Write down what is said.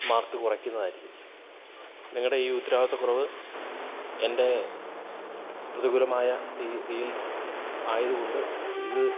mark കുറയ്ക്കുന്നതായിരിക്കും നിങ്ങളുടെ ഈ ഉത്തരവാദിത്തക്കുറവ് എൻ്റെ പ്രതികൂലമായ രീതിയിൽ ആയതുകൊണ്ട് ഇത്